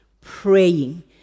praying